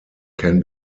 can